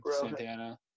Santana